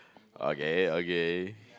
okay okay